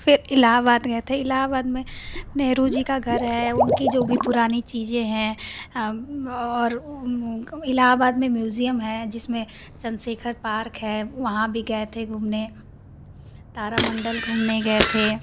फिर इलाहाबाद गये थे इलाहाबाद में नेहरू जी का घर है उनकी जो भी पुरानी चीजें हैं और इलाहाबाद में म्यूजियम है जिसमें चंद्रशेखर पार्क है वहाँ भी गये थे घूमने तारामंडल घूमने गये थे